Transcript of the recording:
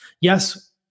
Yes